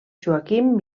joaquim